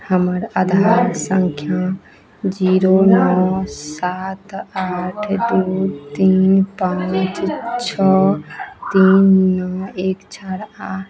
हमर आधार सँख्या जीरो नओ सात आठ दुइ तीन पाँच छओ तीन नओ एक चारि आओर